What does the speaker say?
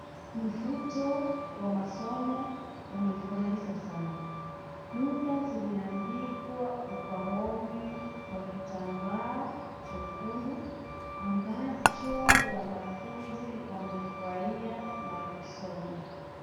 Mvuto wa masomo umefurahisha sana lugha zimeandikwa ubaoni kwa kitamba chekundu ambacho wanafunzi wamefurahia na kusoma.